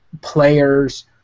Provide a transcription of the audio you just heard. players